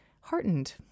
heartened